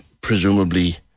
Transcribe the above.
presumably